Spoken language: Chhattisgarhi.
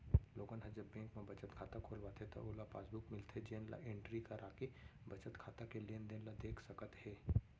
लोगन ह जब बेंक म बचत खाता खोलवाथे त ओला पासबुक मिलथे जेन ल एंटरी कराके बचत खाता के लेनदेन ल देख सकत हे